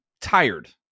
tired